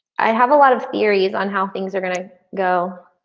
i have a lot of theories on how things are gonna go.